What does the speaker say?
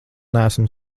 neesam